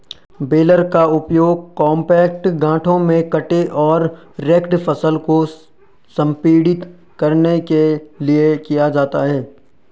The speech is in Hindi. बेलर का उपयोग कॉम्पैक्ट गांठों में कटे और रेक्ड फसल को संपीड़ित करने के लिए किया जाता है